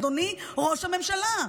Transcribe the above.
אדוני ראש הממשלה,